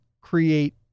create